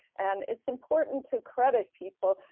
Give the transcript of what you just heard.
and it's important to credit people.